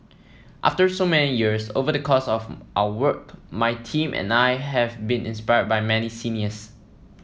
after so many years over the course of our work my team and I have been inspired by many seniors